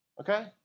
okay